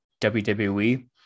WWE